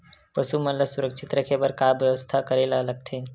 पशु मन ल सुरक्षित रखे बर का बेवस्था करेला लगथे?